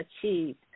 achieved